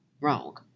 Wrong